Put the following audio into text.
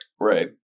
Right